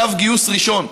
צו גיוס ראשון.